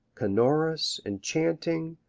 canorous, enchanting,